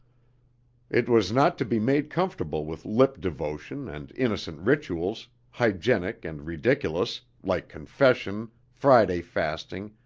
it was not to be made comfortable with lip devotion and innocent rituals, hygienic and ridiculous, like confession, friday fasting,